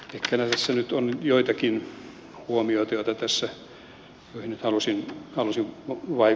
ehkä tässä nyt on joitakin huomioita joita tässä halusin kertoa